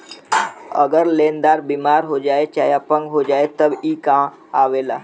अगर लेन्दार बिमार हो जाए चाहे अपंग हो जाए तब ई कां आवेला